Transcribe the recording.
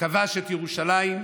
שכבש את ירושלים,